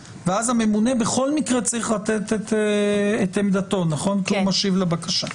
ואז הממונה צריך לתת בכל מקרה את עמדתו כי הוא משיב לבקשה.